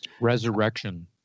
Resurrection